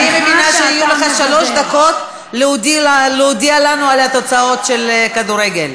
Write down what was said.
אני מבינה שיהיו שלוש דקות להודיע לנו על התוצאות של כדורגל.